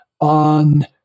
on